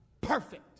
Perfect